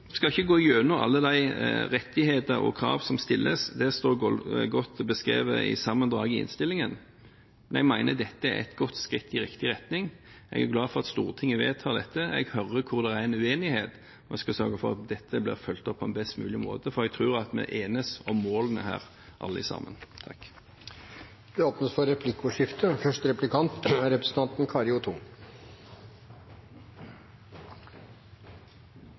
skal ikke gå gjennom alle de rettigheter og krav som stilles. Det står godt beskrevet i sammendraget i innstillingen. Vi mener at dette er et godt skritt i riktig retning. Jeg er glad for at Stortinget vedtar dette. Jeg hører hvor det er uenighet, og jeg skal sørge for at dette blir fulgt opp på en best mulig måte – for jeg tror at vi enes om målene her, alle sammen. Det blir replikkordskifte.